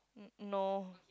no